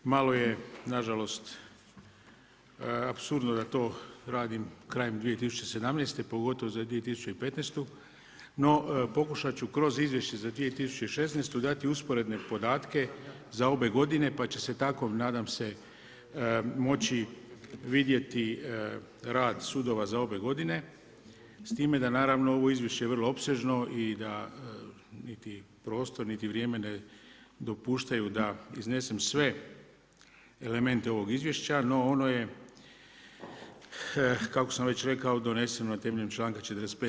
Malo je nažalost apsurdno da to radim krajem 2017., pogotovo za 2015., no pokušat ću kroz izvješće za 2016. dato usporedne podatke za obje godine pa ćete se tako nadam se moći vidjeti rad sudova za obje godine s time da naravno ovo je izvješće vrlo opsežno i da niti prostor niti vrijeme ne dopuštaju da iznesem sve elemente ovog izvješća, no ono je kako sam već rekao doneseno na temelju članka 45.